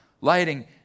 lighting